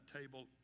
table